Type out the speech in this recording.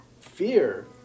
fear